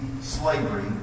slavery